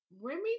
Remy